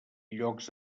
llocs